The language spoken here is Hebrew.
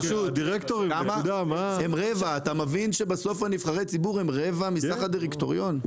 אתה מבין שבסוף נבחרי הציבור הם רבע מסך הדירקטוריון?